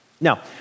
Now